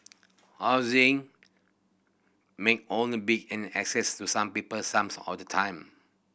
housing may only be an asset to some people some of the time